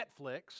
Netflix